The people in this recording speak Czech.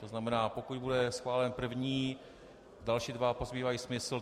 To znamená, pokud bude schválen první, další dva pozbývají smysl.